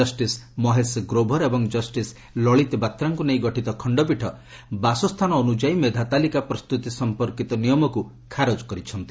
justice Mahesh Grover ଏବଂ justice Lalit ବାତ୍ରାଙ୍କ ନେଇ ଗଠିତ ଖଣ୍ଡପୀଠ ବାସସ୍ଥାନ ଅନୁଯାୟୀ ମେଧା ତାଲିକା ପ୍ରସ୍ତୁତି ସମ୍ପର୍କିତ ନିୟମକୁ ଖାରଜ କରିଛନ୍ତି